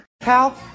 Pal